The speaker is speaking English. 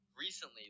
recently